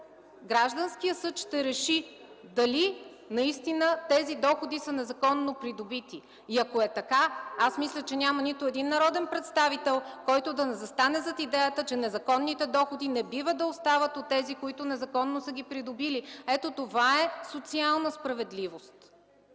а гражданският съд ще реши дали тези доходи са незаконно придобити. И ако това е така, аз мисля, че няма нито един народен представител, който да не застане зад идеята, че незаконните доходи не биват да остават у тези, които незаконно са ги придобили. Ето това е социална справедливост!